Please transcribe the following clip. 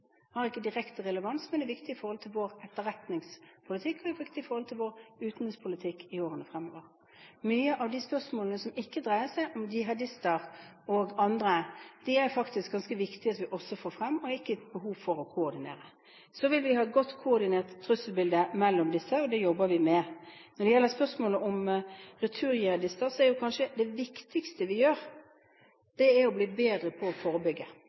har ikke direkte relevans, men den er viktig i forhold til vår etterretningspolitikk, og den er viktig i forhold til vår utenrikspolitikk i årene fremover. Mange av de spørsmålene som ikke dreier seg om jihadister og andre, er det faktisk også ganske viktig at vi får frem, og de er det ikke behov for å koordinere. Vi vil ha et godt koordinert trusselbilde mellom disse, og det jobber vi med. Når det gjelder spørsmålet om retur-jihadister, er kanskje det viktigste vi gjør, å bli bedre på å forebygge.